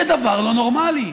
זה דבר לא נורמלי.